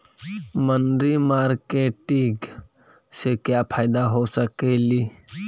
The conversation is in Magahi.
मनरी मारकेटिग से क्या फायदा हो सकेली?